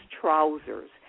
trousers